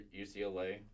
UCLA